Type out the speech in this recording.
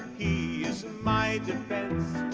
he is my defense,